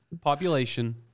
population